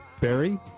Barry